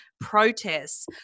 protests